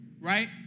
right